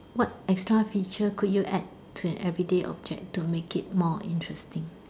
what extra feature could you add to an everyday object to make it more interesting